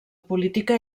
política